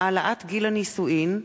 העלאת גיל הנישואין),